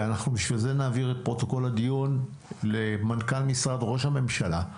ובשביל זה נעביר את פרוטוקול הדיון למנכ"ל משרד ראש הממשלה.